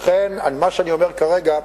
לכן, כרגע,